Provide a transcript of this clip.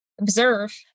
observe